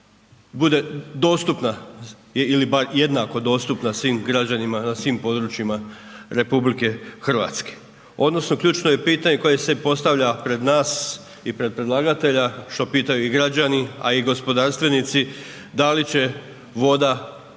bude dostupna ili bar jednako dostupna svim građanima na svim područjima RH. Odnosno ključno je pitanje koje se postavlja pred nas i pred predlagatelja, što pitaju i građani a i gospodarstvenici, da li će voda sutra